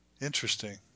interesting